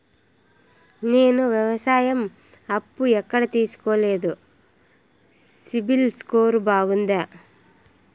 నేను వ్యవసాయం అప్పు ఎక్కడ తీసుకోలేదు, సిబిల్ స్కోరు బాగుందా?